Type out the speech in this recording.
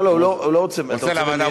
לא לא, הוא לא רוצה, אתה רוצה מליאה?